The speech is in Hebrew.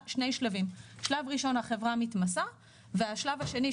שלב ראשון החברה מתמסה והשלב השני,